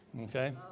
Okay